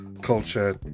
culture